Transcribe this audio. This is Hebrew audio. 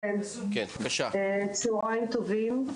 צוהריים טובים,